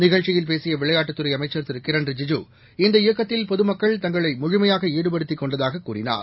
நிகழ்ச்சியில் பேசிய விளையாட்டுத்துறை அமைச்சர் திரு கிரண் ரிஜிஜூ இந்த இயக்கத்தில் பொதுமக்கள் தங்களை முழுமையாக ஈடுபடுத்திக் கொண்டதாகக் கூறினார்